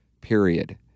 Period